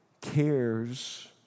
cares